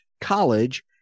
college